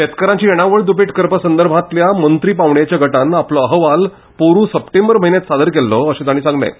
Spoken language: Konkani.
शेतकारांची येणावळ दुपेट करपा संदर्भांतल्या मंत्री पांवड्याच्या गटान आपलो अहवाल पोरू सप्टेंबर म्हयन्यांत सादर केल्लो अशें तांणी सांगलें